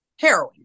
heroin